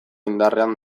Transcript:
indiarrean